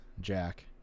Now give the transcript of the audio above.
jack